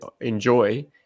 enjoy